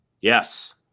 Yes